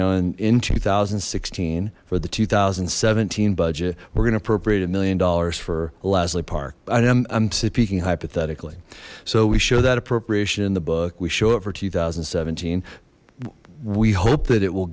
know in in two thousand and sixteen for the two thousand and seventeen budget we're gonna appropriate a million dollars for lasley park i'm speaking hypothetically so we show that appropriation in the book we show up for two thousand and seventeen we hope that it will